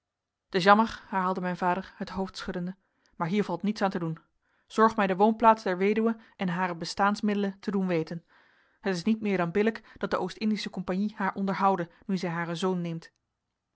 t is jammer herhaalde mijn vader het hoofd schuddende maar hier valt niets aan te doen zorg mij de woonplaats der weduwe en hare bestaansmiddelen te doen weten het is niet meer dan billijk dat de o i compagnie haar onderhoude nu zij haar haren zoon neemt